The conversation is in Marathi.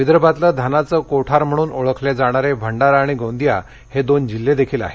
विदर्भातलं धानाचं कोठार म्हणून ओळखले जाणारे भंडारा आणि गोंदिया हे दोन जिल्हेही आहेत